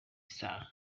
star